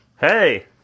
Hey